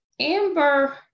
Amber